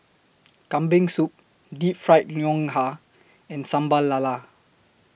Kambing Soup Deep Fried Ngoh Hiang and Sambal Lala